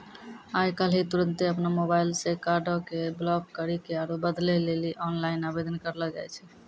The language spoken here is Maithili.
आइ काल्हि तुरन्ते अपनो मोबाइलो से कार्डो के ब्लाक करि के आरु बदलै लेली आनलाइन आवेदन करलो जाय छै